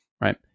right